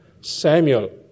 Samuel